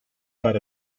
got